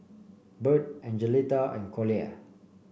Bird Angelita and Collier